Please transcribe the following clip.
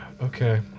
Okay